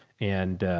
and,